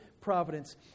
providence